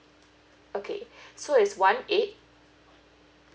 okay so it's one eight